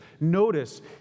notice